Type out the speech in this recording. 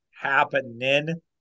happening